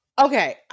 okay